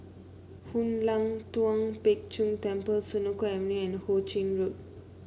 Hoon Lam Tua Pek Kong Temple Senoko Avenue and Ho Ching Road